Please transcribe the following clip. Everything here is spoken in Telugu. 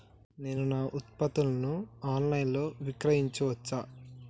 నేను నా ఉత్పత్తులను ఆన్ లైన్ లో విక్రయించచ్చా?